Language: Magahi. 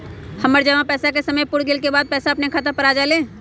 हमर जमा पैसा के समय पुर गेल के बाद पैसा अपने खाता पर आ जाले?